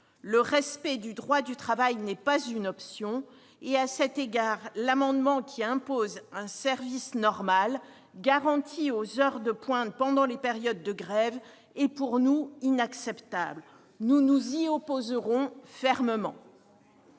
Le respect du droit du travail n'est pas une simple option, et, à cet égard, l'amendement qui vise à imposer un service normal garanti aux heures de pointe pendant les périodes de grève est à nos yeux inacceptable. Nous nous y opposerons fermement